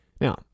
Now